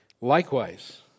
Likewise